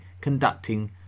conducting